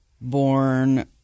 Born